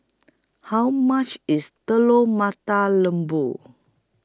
How much IS Telur Mata Lembu